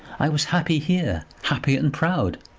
i was happy here, happy and proud.